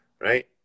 right